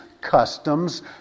customs